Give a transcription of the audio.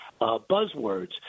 buzzwords